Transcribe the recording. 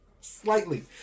slightly